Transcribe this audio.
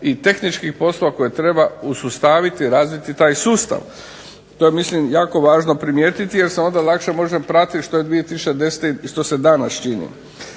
tehničkih poslova koje treba usustaviti, razviti taj sustav, to je mislim jako važno primijetiti, jer se onda lakše može pratiti što se danas čini.